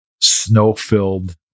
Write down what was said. snow-filled